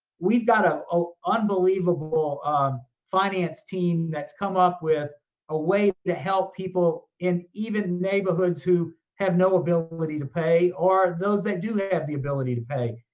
we've got an ah ah unbelievable um finance team that's come up with a way to help people in even neighborhoods who have no ability to pay or those that do have the ability to pay.